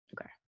okay